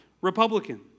Republican